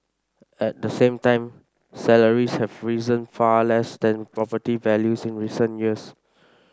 at the same time salaries have risen far less than property values in recent years